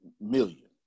Million